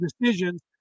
decisions